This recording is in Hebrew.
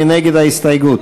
מי נגד ההסתייגות?